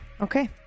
okay